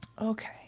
Okay